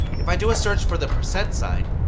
if i do a search for the percent sign,